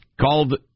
called